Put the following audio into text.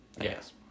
Yes